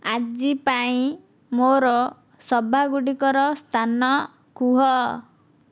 ଆଜି ପାଇଁ ମୋର ସଭା ଗୁଡ଼ିକର ସ୍ଥାନ କୁହ